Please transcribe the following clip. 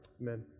amen